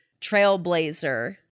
trailblazer